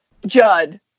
judd